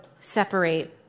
separate